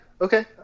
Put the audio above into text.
okay